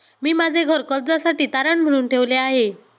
मी माझे घर कर्जासाठी तारण म्हणून ठेवले आहे